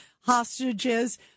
hostages